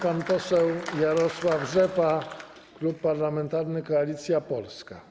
Pan poseł Jarosław Rzepa, Klub Parlamentarny Koalicja Polska.